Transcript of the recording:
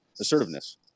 assertiveness